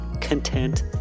content